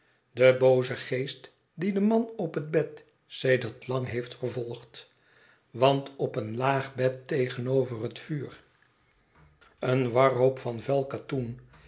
de booze geest die den man op het bed sedert lang heeft vervolgd want op een laag bed tegenover het vuur een warhoop van vuil katoen